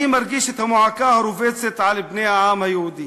אני מרגיש את המועקה הרובצת על בני העם היהודי